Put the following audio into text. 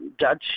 judge